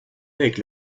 avec